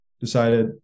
decided